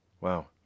Wow